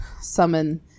summon